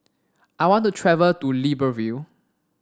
I want to travel to Libreville